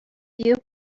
you